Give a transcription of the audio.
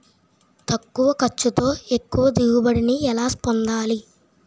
తక్కువ ఖర్చుతో ఎక్కువ దిగుబడి ని ఎలా పొందాలీ?